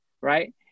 right